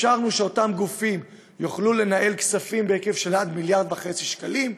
אפשרנו שאותם גופים יוכלו לנהל כספים בהיקף של עד 1.5 מיליארד שקלים,